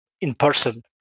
in-person